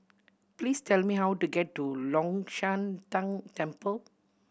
please tell me how to get to Long Shan Tang Temple